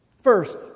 First